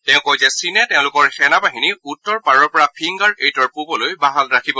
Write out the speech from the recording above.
তেওঁ কয় যে চীনে তেওঁলোকৰ সেনাবাহিনী উত্তৰ পাৰৰ পৰা ফিংগাৰ এইটৰ পুবলৈ বাহাল ৰাখিব